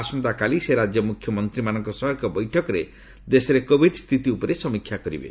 ଆସନ୍ତାକାଲି ସେ ରାଜ୍ୟ ମୁଖ୍ୟମନ୍ତ୍ରୀମାନଙ୍କ ସହ ଏକ ବୈଠକରେ ଦେଶରେ କୋଭିଡ୍ ସ୍ଥିତି ଉପରେ ସମୀକ୍ଷା କରିବେ